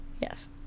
yes